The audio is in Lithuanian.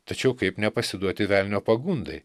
tačiau kaip nepasiduoti velnio pagundai